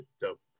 Dope